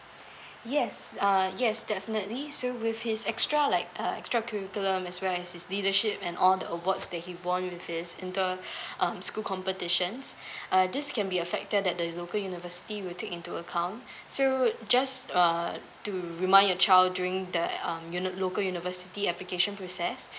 yes uh yes definitely so with his extra like uh extra curriculum as well as his leadership and all the awards that he won with this enter um school competitions uh this can be a factor that the local university will take into account so just uh to remind your child during the um uni~ local university application process